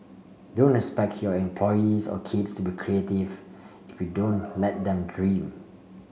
don't expect your employees or kids to be creative if you don't let them dream